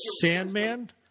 Sandman